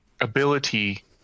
ability